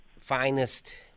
finest